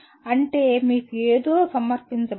అంటే మీకు ఏదో సమర్పించబడింది